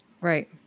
Right